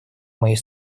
моей